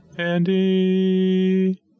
Andy